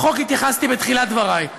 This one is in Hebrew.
לחוק התייחסתי בתחילת דבריי.